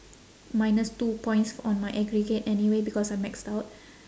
minus two points on my aggregate anyway because I maxed out